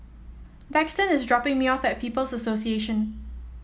Daxton is dropping me off at People's Association